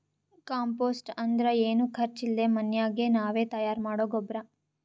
compost ಅಂದ್ರ ಏನು ಖರ್ಚ್ ಇಲ್ದೆ ಮನ್ಯಾಗೆ ನಾವೇ ತಯಾರ್ ಮಾಡೊ ಗೊಬ್ರ